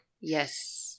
Yes